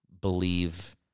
believe